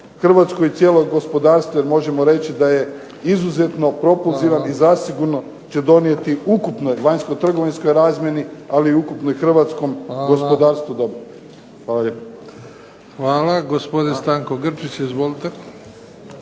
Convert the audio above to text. Hrvatskoj i cijelom gospodarstvu jer možemo reći da je izuzetno propulzivan i zasigurno će donijeti ukupnoj vanjsko-trgovinskoj razmjeni, ali ukupno i hrvatskom gospodarstvu dobit. Hvala lijepo. **Bebić, Luka (HDZ)** Hvala. Gospodin Stanko Grčić. Izvolite.